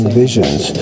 visions